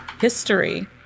history